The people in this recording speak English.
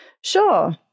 Sure